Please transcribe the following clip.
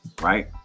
right